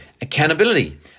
accountability